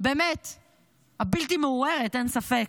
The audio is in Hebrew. באמת הבלתי-מעורערת, אין ספק.